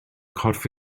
corff